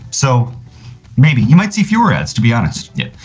so maybe you might see fewer ads to be honest. yeah,